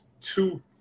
two